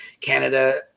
Canada